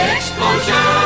Explosion